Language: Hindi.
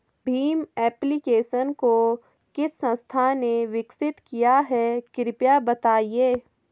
भीम एप्लिकेशन को किस संस्था ने विकसित किया है कृपया बताइए?